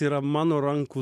tai yra mano rankų